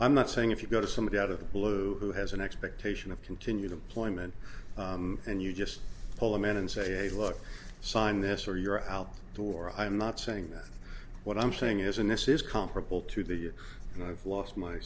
i'm not saying if you go to somebody out of the blue who has an expectation of continued employment and you just pull them in and say look sign this or you're out to war i'm not saying that what i'm saying is and this is comparable to the you and i have lost my